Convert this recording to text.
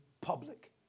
public